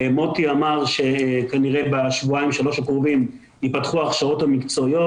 מוטי אמר שכנראה בשבועיים-שלושה הקרובים ייפתחו ההכשרות המקצועיות.